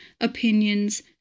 opinions